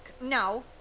No